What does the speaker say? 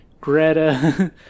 Greta